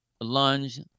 lunge